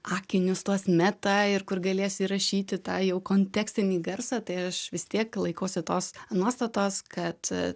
akinius tuos meta ir kur galės įrašyti tą jau kontekstinį garsą tai aš vis tiek laikausi tos nuostatos kad